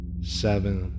Seven